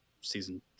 season